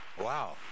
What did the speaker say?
Wow